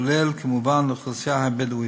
כולל כמובן האוכלוסייה הבדואית.